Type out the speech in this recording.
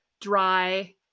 dry